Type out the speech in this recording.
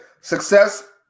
success